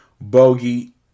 Bogey